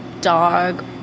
dog